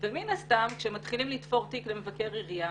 ומן הסתם כאשר מתחילים לתפור תיק למבקר עירייה,